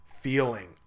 feeling